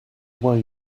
why